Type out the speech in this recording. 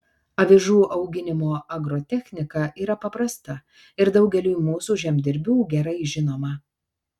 avižų auginimo agrotechnika yra paprasta ir daugeliui mūsų žemdirbių gerai žinoma